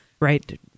Right